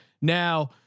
Now